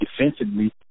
defensively